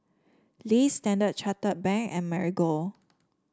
Lee Standard Chartered Bank and Marigold